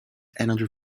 another